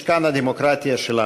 משכן הדמוקרטיה שלנו.